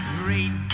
great